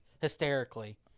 hysterically